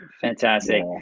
Fantastic